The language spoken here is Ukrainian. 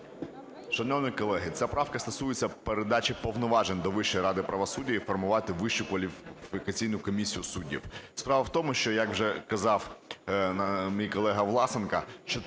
Шановні колеги, ця правка стосується передачі повноважень до Вищої ради правосуддя і формувати Вищу кваліфікаційну комісію суддів. Справа в тому, що як вже казав мій колега Власенко,